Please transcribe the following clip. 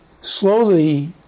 slowly